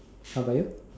how about you